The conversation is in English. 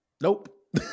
nope